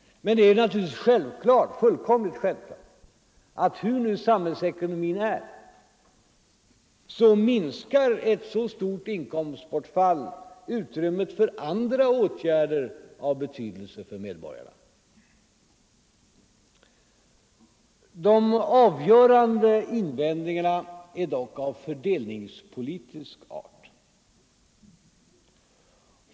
Men det är självklart — fullkomligt självklart — att hur än samhällsekonomin ser ut minskar ett så stort inkomstbortfall utrymmet för andra åtgärder av betydelse för medborgarna. De avgörande invändningarna är dock av fördelningspolitisk art.